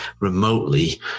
remotely